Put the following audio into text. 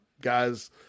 guys